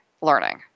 learning